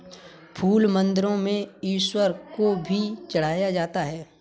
फूल मंदिरों में ईश्वर को भी चढ़ाया जाता है